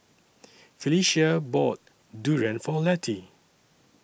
Phylicia bought Durian For Letty